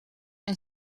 een